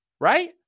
right